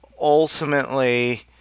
ultimately